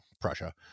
Prussia